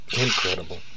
Incredible